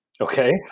Okay